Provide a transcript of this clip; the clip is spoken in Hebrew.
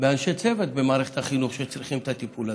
באנשי צוות במערכת החינוך שצריכים את הטיפול הזה,